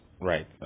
Right